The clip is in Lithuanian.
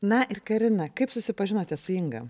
na ir karina kaip susipažinote su inga